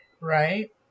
Right